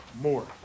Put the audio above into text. more